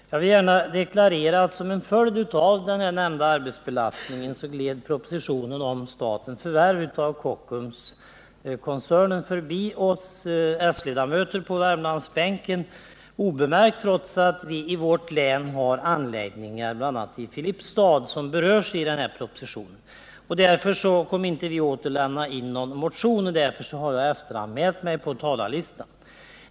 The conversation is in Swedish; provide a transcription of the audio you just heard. Jag vill gärna deklarera att som en följd av nämnda arbetsbelastning gled propositionen om statens förvärv av Kockumskoncernen obemärkt förbi oss s-ledamöter på Värmlandsbänken, trots att vi i vårt län har anläggningar, bl.a. i Filipstad, som berörs i propositionen. Därför väckte vi inte någon motion — och därför har jag efteranmält mig på talarlistan.